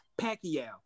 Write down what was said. Pacquiao